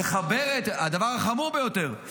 הדבר החמור ביותר,